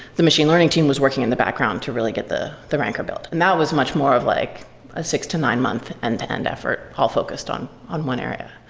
the machine learning team was working in the background to really get the the ranker built. and that was much more of like a a six to nine month end-to-end effort all focused on on one area.